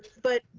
but